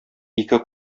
ике